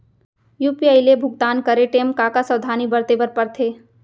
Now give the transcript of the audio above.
UPI ले भुगतान करे टेम का का सावधानी बरते बर परथे